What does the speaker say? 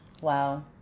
Wow